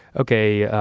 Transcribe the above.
okay,